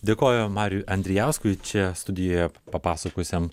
dėkoju mariui andrijauskui čia studijoje papasakosim